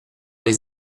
les